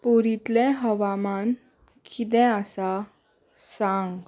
पुरींतले हवामान कितें आसा सांग